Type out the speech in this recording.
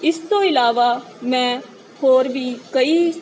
ਇਸ ਤੋਂ ਇਲਾਵਾ ਮੈਂ ਹੋਰ ਵੀ ਕਈ